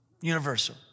universal